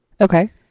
okay